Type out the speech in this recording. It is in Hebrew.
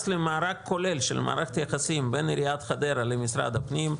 למארג כולל של מערכת יחסים בין עיריית חדרה למשרד הפנים,